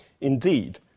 Indeed